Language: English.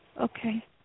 Okay